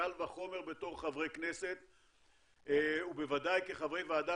קל וחומר בתור חברי כנסת ובוודאי כחברי ועדה